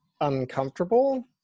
uncomfortable